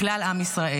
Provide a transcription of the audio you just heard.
לכלל עם ישראל: